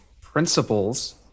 principles